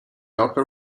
upper